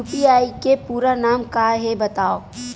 UPI के पूरा नाम का हे बतावव?